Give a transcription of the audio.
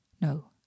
no